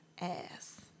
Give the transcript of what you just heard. ass